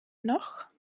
noch